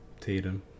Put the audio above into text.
Tatum